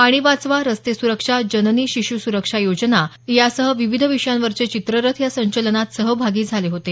पाणी वाचवा रस्ते सुरक्षा जननी शिश् सुरक्षा योजना यासह विविध विषयांवरचे चित्ररथ या संचलनात सहभागी झाले होते